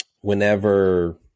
whenever